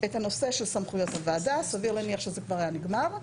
את הנושא של סמכויות הוועדה סביר להניח שזה כבר היה נגמר.